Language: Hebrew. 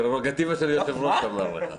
פררוגטיבה של יושב-ראש הוא אמר לך.